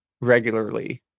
regularly